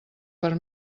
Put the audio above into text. per